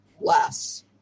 less